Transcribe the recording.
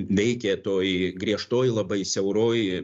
veikė toj griežtoj labai siauroj